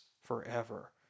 forever